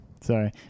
Sorry